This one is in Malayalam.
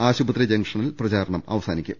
ആശുപത്രി ജംഗ്ഷനിൽ പ്രചാരണം അവസാനിക്കും